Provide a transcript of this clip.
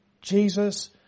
Jesus